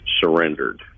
surrendered